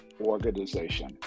organization